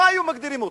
איך היו מגדירים אותו?